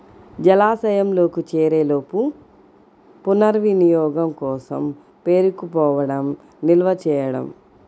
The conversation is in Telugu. జలాశయంలోకి చేరేలోపు పునర్వినియోగం కోసం పేరుకుపోవడం నిల్వ చేయడం